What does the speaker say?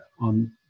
on